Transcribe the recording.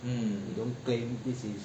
you don't claim this is